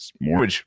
more